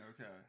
Okay